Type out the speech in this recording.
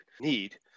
need